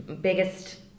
biggest